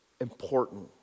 important